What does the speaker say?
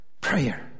Prayer